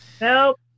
Nope